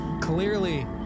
clearly